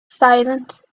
silent